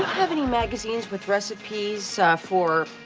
have any magazines with recipes for,